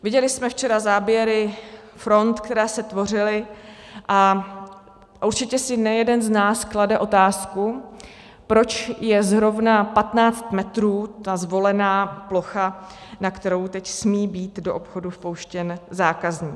Viděli jsme včera záběry front, které se tvořily, a určitě si nejeden z nás klade otázku, proč je zrovna 15 metrů ta zvolená plocha, na kterou teď smí být do obchodu vpouštěn zákazník.